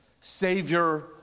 savior